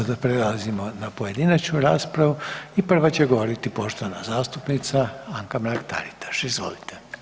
Sada prelazimo na pojedinačnu raspravu i prva će govoriti poštovana zastupnica Anka Mrak-Taritaš, izvolite.